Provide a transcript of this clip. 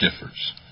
differs